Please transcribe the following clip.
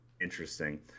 interesting